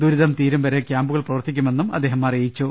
ദുരിതം തീരും വ രെ ക്യാമ്പുകൾ പ്രവർത്തിക്കുമെന്നും അദ്ദേഹം അറിയിച്ചു